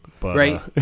Right